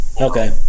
Okay